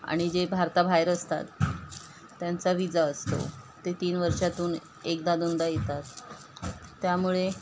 आणि जे भारताबाहेर असतात त्यांचा विजा असतो ते तीन वर्षातून एकदा दोनदा येतात त्यामुळे